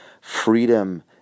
Freedom